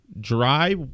dry